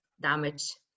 damage